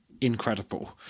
incredible